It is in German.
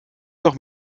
doch